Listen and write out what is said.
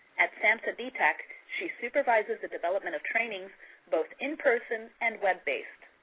at samhsa dtac she supervises the development of trainings both in person and web based.